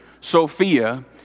Sophia